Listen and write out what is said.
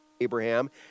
Abraham